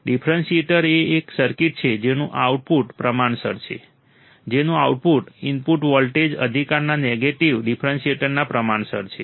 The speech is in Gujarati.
ડિફરેન્ટિએટર એ એક સર્કિટ છે જેનું આઉટપુટ પ્રમાણસર છે જેનું આઉટપુટ ઇનપુટ વોલ્ટેજના નેગેટિવ ડિફરન્શિએટરના પ્રમાણસર છે